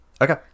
Okay